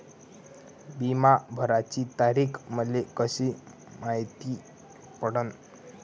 बिमा भराची तारीख मले कशी मायती पडन?